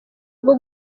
rwo